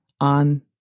on